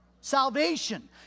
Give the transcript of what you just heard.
salvation